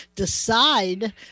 decide